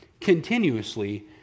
continuously